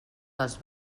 les